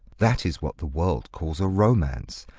that is what the world calls a romance.